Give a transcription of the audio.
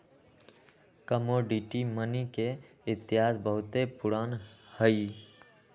commodity money के इतिहास बहुते पुरान हइ